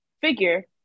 figure